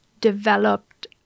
developed